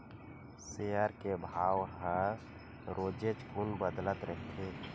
share के भाव ह रोजेच कुन बदलत रहिथे